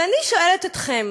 ואני שואלת אתכם: